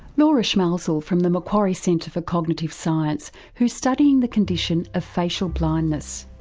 laura schmalzl, from the macquarie centre for cognitive science, who is studying the condition of facial blindness.